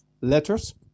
letters